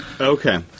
Okay